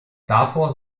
davor